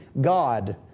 God